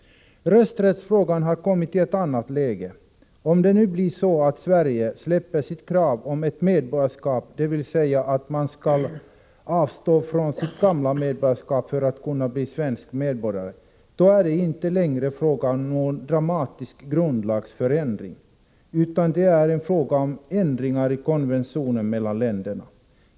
Rösträttsfrågan har kommit i ett annat läge. Om det nu blir så att Sverige slopar sitt krav beträffande medborgarskap, dvs. att man skall avstå från sitt gamla medborgarskap för att kunna bli svensk medborgare, är det inte längre fråga om någon dramatisk grundlagsförändring utan en fråga om ändringar av konventioner mellan länderna.